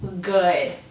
good